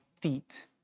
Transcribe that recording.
feet